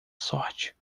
sorte